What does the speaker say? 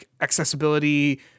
accessibility